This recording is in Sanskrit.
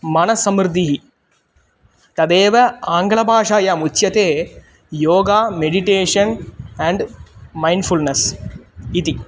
मनसमृद्धिः तदेव आङ्गलभाषायाम् उच्यते योगा मेडिटेशन् अण्ड् मैन्ड्फ़ुल्नस् इति